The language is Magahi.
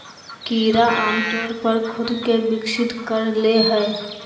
कीड़ा आमतौर पर खुद के विकसित कर ले हइ